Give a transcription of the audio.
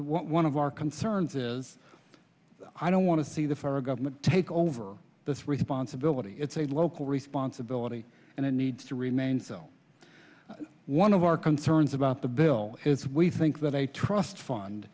one of our concerns is i don't want to see the federal government take over this responsibility it's a local responsibility and it needs to remain so one of our concerns about the bill well as we think that a trust fund